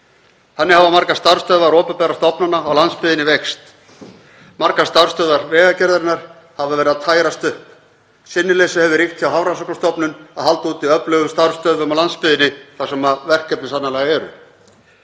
Þannig hafa margar starfsstöðvar opinberra stofnanna á landsbyggðinni veikst. Margar starfsstöðvar Vegagerðarinnar hafa verið að tærast upp og sinnuleysi hefur ríkt hjá Hafrannsóknastofnun að halda úti öflugum starfsstöðvum á landsbyggðinni þar sem verkefni sannarlega eru.